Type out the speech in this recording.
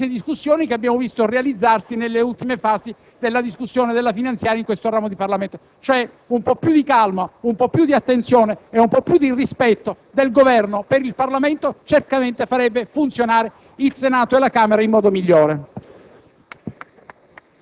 quelle accese discussioni che abbiamo visto aprirsi nelle ultime fasi dell'esame della finanziaria in questo ramo del Parlamento. Un po' più di calma, un po' più di attenzione e un po' più di rispetto del Governo per il Parlamento certamente farebbero funzionare il Senato e la Camera in modo migliore.